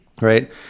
Right